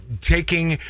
taking